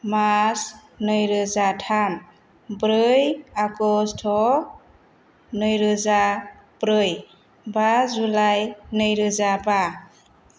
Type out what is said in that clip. March नैरोजा थाम ब्रै आगष्ट नैरोजा ब्रै बा जुलाइ नैरोजा बा